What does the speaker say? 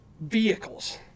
vehicles